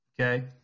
Okay